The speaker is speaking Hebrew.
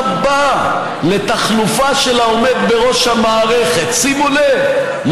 רבה לתחלופה של העומד בראש המערכת" שימו לב,